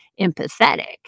empathetic